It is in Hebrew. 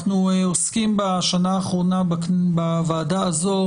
אנחנו עוסקים בשנה האחרונה בוועדה הזו